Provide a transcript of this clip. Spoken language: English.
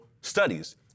studies